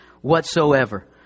whatsoever